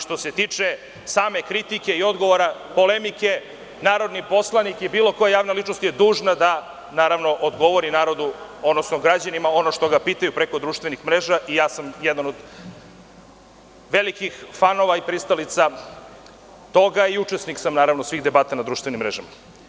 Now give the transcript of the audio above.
Što se tiče same kritike i odgovora, polemike, narodni poslanik i bilo koja javna ličnost je dužna da, naravno odgovori narodu, odnosno građanima ono što ga pitaju preko društvenih mreža i ja sam jedan od velikih fanova i pristalica toga i učesnik sam svih debata na društvenim mrežama.